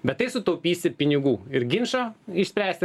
bet tai sutaupysi pinigų ir ginčo išspręsti